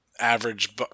average